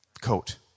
coat